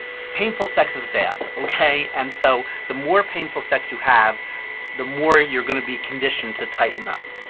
painful sex is bad, ok. and so the more painful sex you have the more you're gonna be conditioned to tighten up,